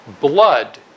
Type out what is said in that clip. blood